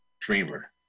Dreamer